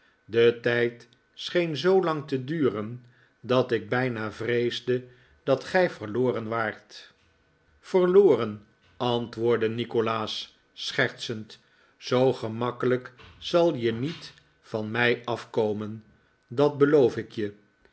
de tijd scheen zoolang te duren dat ik bijna vreesde dat gij verloren waart verloren antwoordde nikolaas schertsend zoo gemakkelijk zal je niet van mij afkomen dat beloof ik je